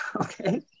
okay